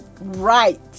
right